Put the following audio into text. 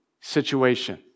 situation